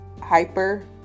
hyper